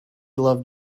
loved